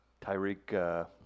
Tyreek